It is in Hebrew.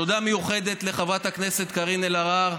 תודה מיוחדת לחברת הכנסת קארין אלהרר,